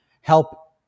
help